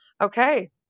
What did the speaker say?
Okay